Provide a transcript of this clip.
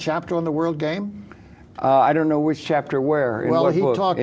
chapter on the world game i don't know which chapter where he will talk